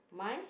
my